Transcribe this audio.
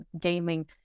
gaming